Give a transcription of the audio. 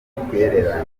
n’ubutwererane